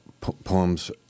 poems